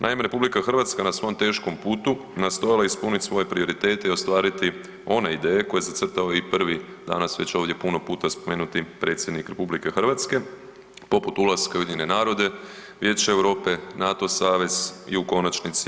Naime, RH na svom teškom putu nastojala je ispuniti svoje prioritete i ostvariti one ideje koje je zacrtao i prvi danas već ovdje puno puta spomenuti predsjednik RH, poput ulaska u UN, Vijeće Europe, NATO savez i u konačnici EU.